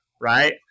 right